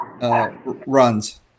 runs